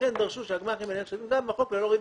לכן דרשו שבגמ"חים יהיה רשום בחוק ללא ריבית.